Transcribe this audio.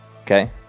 okay